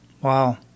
Wow